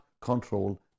control